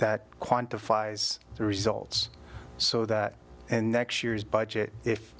that quantify the results so that and next year's budget if